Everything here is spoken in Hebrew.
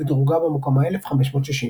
ודורגה במקום ה-1,561.